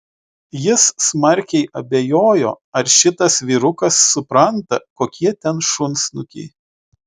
jis smarkiai abejojo ar šitas vyrukas supranta kokie ten šunsnukiai